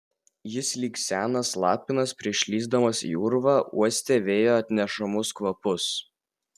jis lyg senas lapinas prieš lįsdamas į urvą uostė vėjo atnešamus kvapus